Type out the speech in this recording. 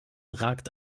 ragt